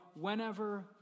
whenever